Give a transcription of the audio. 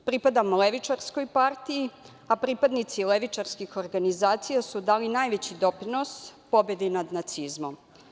Pripadam levičarskoj partiji, a pripadnici levičarskih organizacija su dali najveći doprinos pobedi nad nacizmom.